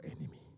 enemy